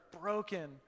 broken